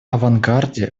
авангарде